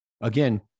again